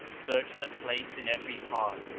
searched the place in every part,